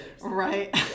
Right